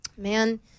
Man